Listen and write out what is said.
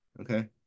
Okay